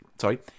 Sorry